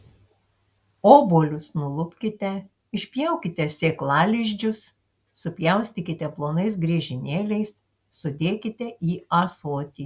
obuolius nulupkite išpjaukite sėklalizdžius supjaustykite plonais griežinėliais sudėkite į ąsotį